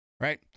right